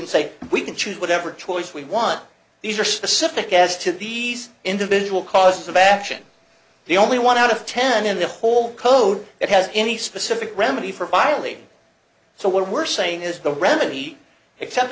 and say we can choose whatever choice we want these are specific as to these individual causes of action the only one out of ten in the whole code that has any specific remedy for virally so what we're saying is the remedy except